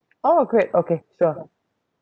oh great okay sure